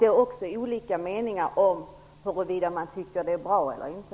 Det är också olika meningar om huruvida det är bra eller inte.